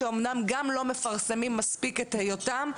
אמנם גם לא מפרסמים מספיק את היותם,